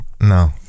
no